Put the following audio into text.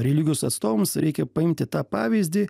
religijos atstovams reikia paimti tą pavyzdį